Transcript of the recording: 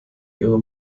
ihrer